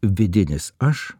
vidinis aš